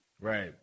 Right